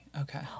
Okay